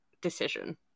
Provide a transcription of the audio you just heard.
decision